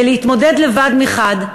זה להתמודד לבד מחד,